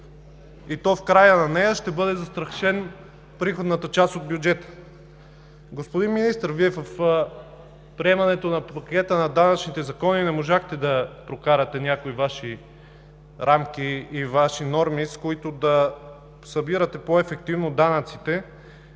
и то в края ѝ, ще бъде застрашена приходната част от бюджета. Господин Министър, Вие в приемането на пакета на данъчните закони не можахте да прокарате някои Ваши рамки и норми, с които да събирате по-ефективно данъците